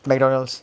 Mcdonald's